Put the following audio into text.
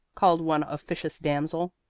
called one officious damsel.